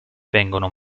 vengono